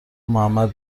محمد